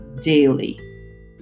daily